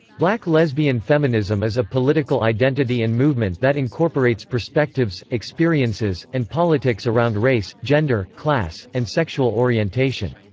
black lesbian feminism is a political identity and movement that incorporates perspectives, experiences, and politics around race, gender, class, and sexual orientation.